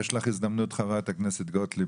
חברת הכנסת גוטליב,